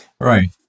Right